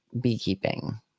beekeeping